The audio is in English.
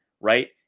right